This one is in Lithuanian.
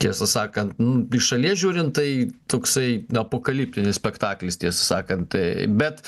tiesą sakant n iš šalies žiūrint tai toksai apokaliptinis spektaklis tiesą sakant tai bet